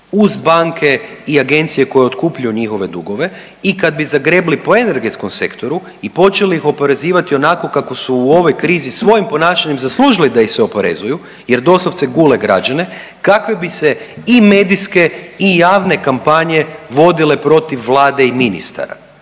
uz banke i agencije koje otkupljuju njihove dugove i kad bi zagrebli po energetskom sektoru i počeli ih oporezivati onako kako su u ovoj krizi svojim ponašanjem zaslužili da ih se oporezuju jer doslovce gule građane, kakve bi se i medijske i javne kampanje vodile protiv Vlade i ministara.